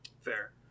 Fair